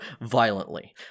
violently